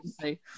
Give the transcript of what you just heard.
say